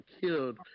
killed